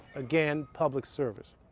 again, public service,